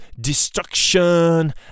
destruction